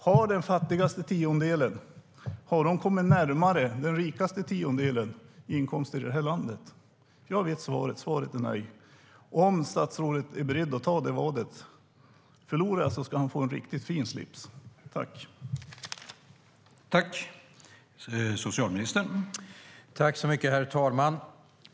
Har den fattigaste tiondelen kommit närmare den rikaste tiondelen när det gäller inkomster i det här landet? Jag vet svaret; svaret är nej. Om statsrådet är beredd att anta vadet ska ha få en riktigt fin slips om jag förlorar.